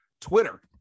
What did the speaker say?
Twitter